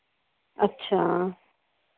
ਅੱਛਾ